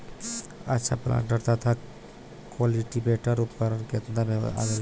अच्छा प्लांटर तथा क्लटीवेटर उपकरण केतना में आवेला?